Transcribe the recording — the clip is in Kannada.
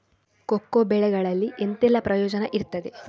ಕೋಕೋ ಬೆಳೆಗಳಿಂದ ಎಂತೆಲ್ಲ ಪ್ರಯೋಜನ ಇರ್ತದೆ?